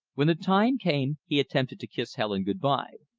when the time came, he attempted to kiss helen good-by.